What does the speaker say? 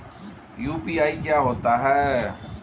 UPI क्या होता है?